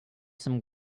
some